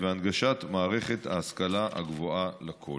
ולהנגשת מערכת ההשכלה הגבוהה לכול.